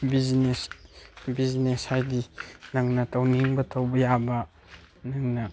business business ꯍꯥꯏꯗꯤ ꯅꯪꯅ ꯇꯧꯅꯤꯡꯕ ꯇꯧꯕ ꯌꯥꯕ ꯅꯪꯅ